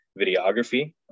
videography